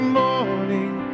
morning